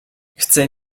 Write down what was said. chcę